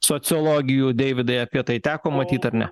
sociologių deividai apie tai teko matyt ar ne